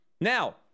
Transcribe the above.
Now